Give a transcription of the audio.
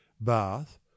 bath